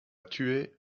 tuer